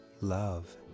love